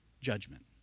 Judgment